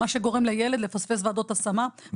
מה שגורם לילד לפספס ועדות השמה,